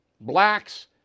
blacks